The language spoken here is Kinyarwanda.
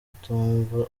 atumva